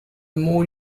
more